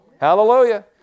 Hallelujah